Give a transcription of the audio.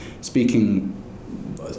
speaking